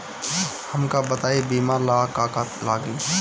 हमका बताई बीमा ला का का लागी?